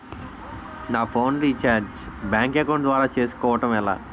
నా phone recharge bank account ద్వారా చేసుకోవటం ఎలా?